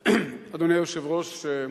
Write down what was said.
אדוני היושב-ראש,